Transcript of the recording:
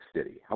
City